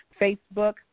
Facebook